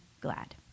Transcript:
glad